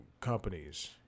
companies